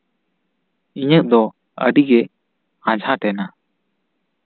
ᱤᱧᱟᱹᱜ ᱫᱚ ᱟᱹᱰᱤᱜᱮ ᱟᱡᱷᱟᱴ ᱮᱱᱟ